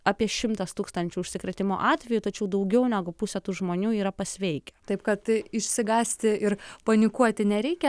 apie šimtas tūkstančių užsikrėtimo atvejų tačiau daugiau negu pusė tų žmonių yra pasveikę taip kad išsigąsti ir panikuoti nereikia